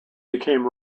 became